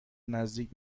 نزدیک